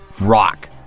rock